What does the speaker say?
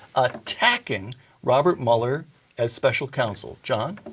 attacking robert mueller as special counsel. john?